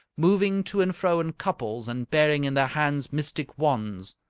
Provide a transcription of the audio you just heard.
moving to and fro in couples and bearing in their hands mystic wands.